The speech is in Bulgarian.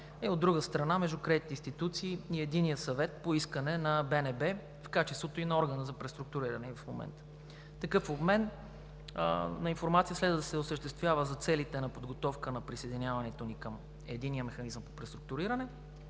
и, от друга страна, между кредитните институции и Единния съвет по искане на БНБ, в качеството ѝ на орган за преструктуриране и в момента. Такъв обмен на информация следва да се осъществява за целите на подготовка на присъединяването ни към Единния механизъм по преструктуриране